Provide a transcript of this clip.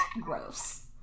gross